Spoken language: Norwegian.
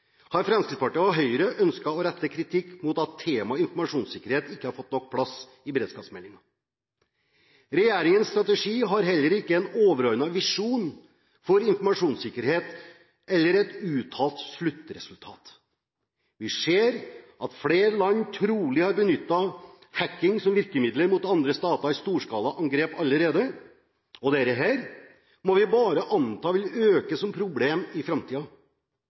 har Fremskrittspartiet og Høyre ønsket å rette kritikk mot at temaet informasjonssikkerhet ikke har fått nok plass i beredskapsmeldingen. Regjeringens strategi har heller ikke en overordnet visjon for informasjonssikkerhet eller et uttalt sluttresultat. Vi ser at flere land trolig allerede har benyttet hacking som virkemiddel i storskalaangrep mot andre stater. Dette må vi anta bare vil øke som problem i